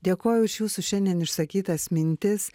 dėkoju už jūsų šiandien išsakytas mintis